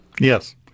Yes